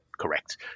correct